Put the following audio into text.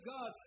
God